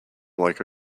like